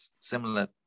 similar